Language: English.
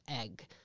egg